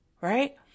right